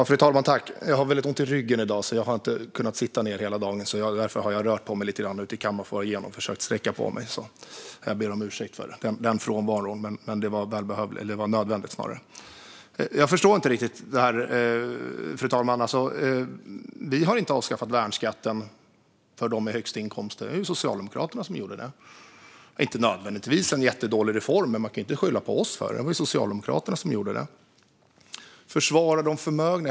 Fru talman! Jag har väldigt ont i ryggen i dag, så jag har inte kunnat sitta ned hela dagen. Därför har jag rört på mig lite grann ute i kammarfoajén för att sträcka på mig. Jag ber om ursäkt för den frånvaron, men den var nödvändig. Fru talman! Jag förstår inte riktigt det här. Vi har inte avskaffat värnskatten för dem med högsta inkomster. Det var Socialdemokraterna som gjorde det. Det var inte nödvändigtvis en jättedålig reform. Men man kan inte skylla på oss för det. Det var Socialdemokraterna som gjorde det. Det sägs att vi försvarar de förmögna.